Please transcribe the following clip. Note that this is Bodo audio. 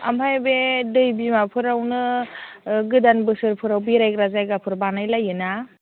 ओमफ्राय बे दै बिमाफोरावनो गोदान बोसोरफोराव बेरायग्रा जायगाफोर बानाय लायो ना